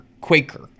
Quaker